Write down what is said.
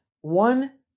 one